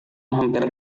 hampir